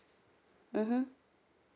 mmhmm